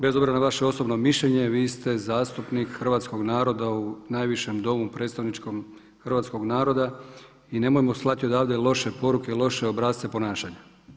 Bez obzira na vaše osobno mišljenje vi ste zastupnik hrvatskog naroda u najvišem Domu predstavničkom hrvatskog naroda i nemojmo slati odavde loše poruke, loše obrasce ponašanja.